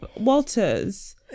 walters